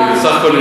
כי הוא בסך הכול,